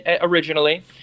originally